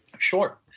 sure.